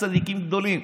צדיקים גדולים.